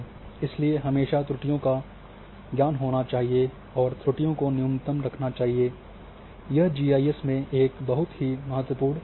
इसलिए हमेशा त्रुटियों का ज्ञान होना चाहिए और त्रुटियों को न्यूनतम रखना चाहिए यह जीआईएस में बहुत महत्वपूर्ण घटक